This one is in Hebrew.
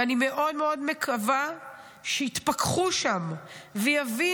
ואני מאוד מאוד מקווה שיתפכחו שם ויבינו,